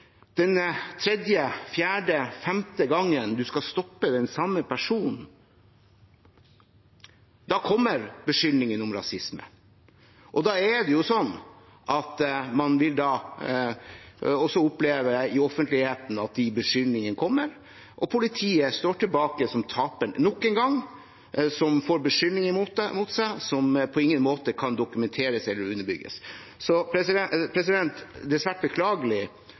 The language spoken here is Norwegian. Den tredje, fjerde eller femte gangen man skal stoppe den samme personen, kommer beskyldningene om rasisme. Da vil man også oppleve i offentligheten at de beskyldningene kommer, og politiet står nok en gang tilbake som taperen som får beskyldninger mot seg som på ingen måte kan dokumenteres eller underbygges. Det er svært beklagelig